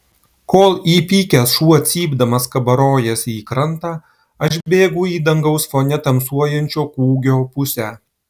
kol įpykęs šuo cypdamas kabarojasi į krantą aš bėgu į dangaus fone tamsuojančio kūgio pusę